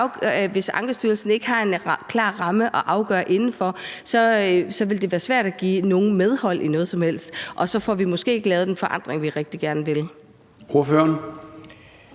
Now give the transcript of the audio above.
hvis Ankestyrelsen ikke har en klar ramme at afgøre inden for, vil det være svært at give nogen medhold i noget som helst, og så får vi måske ikke lavet den forandring, vi rigtig gerne vil